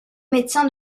médecin